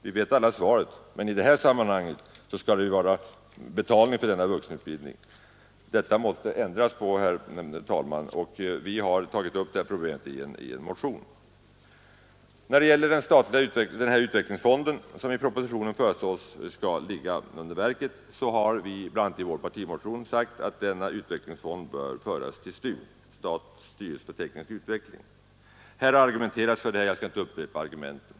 Vi vet alla svaret, men i det här sammanhanget skall det vara betalning för vuxenutbildningen. Detta måste ändras, herr talman, och vi har tagit upp det problemet i motionen. När det gäller utvecklingsfonden, som i propositionen föreslås skola ligga under verket, har vi bl.a. i vår partimotion sagt att utvecklingsfonden bör föras till STU — styrelsen för teknisk utveckling. Här har argumenterats för detta, och jag skall inte upprepa argumenten.